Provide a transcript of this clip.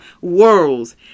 worlds